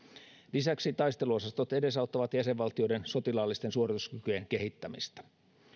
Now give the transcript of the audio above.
lisäksi taisteluosastot edesauttavat jäsenvaltioiden sotilaallisten suorituskykyjen kehittämistä